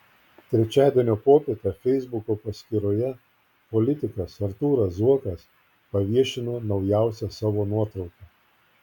trečiadienio popietę feisbuko paskyroje politikas artūras zuokas paviešino naujausią savo nuotrauką